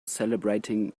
celebrating